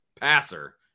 passer